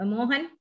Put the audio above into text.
Mohan